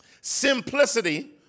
simplicity